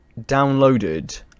downloaded